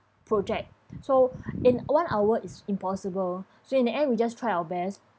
project so in one hour it's impossible so in the end we just try our best